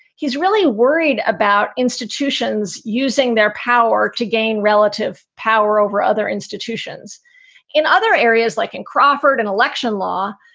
he's really worried about institutions using their power to gain relative power over other institutions in other areas like and crawford and election law.